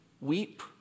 weep